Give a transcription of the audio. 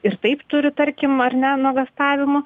ir taip turi tarkim ar ne nuogąstavimų